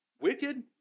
wicked